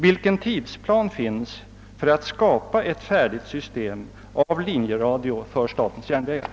Vilken tidplan finns för att skapa ett färdigt system av linjeradio för statens järnvägar?